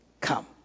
come